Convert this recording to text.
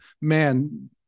man